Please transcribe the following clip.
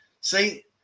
see